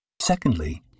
Secondly